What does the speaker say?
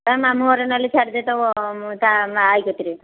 ତା ମାମୁଁଘରେ ନହେଲେ ଛାଡ଼ିଦେ ତା ମା' ଆଈ କତିରେ